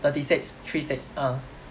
thirty six three six ah